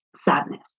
sadness